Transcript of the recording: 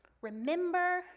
remember